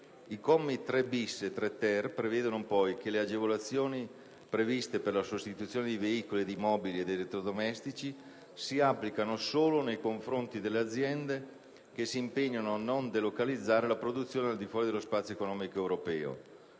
I commi 3*-bis* e 3*-ter* prevedono poi che le agevolazioni previste per la sostituzione di veicoli, di mobili ed elettrodomestici si applicano solo nei confronti delle aziende che si impegnano a non delocalizzare la produzione al di fuori dello Spazio economico europeo.